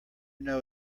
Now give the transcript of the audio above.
know